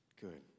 good